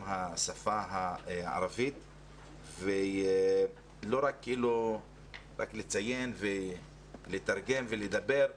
השפה הערבית ולא רק לציין ולתרגם ולדבר,